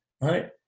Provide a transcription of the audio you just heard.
right